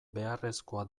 beharrezkoa